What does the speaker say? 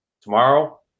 Tomorrow